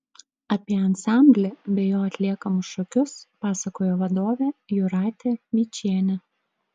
apie ansamblį bei jo atliekamus šokius pasakojo vadovė jūratė vyčienė